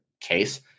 case